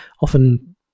often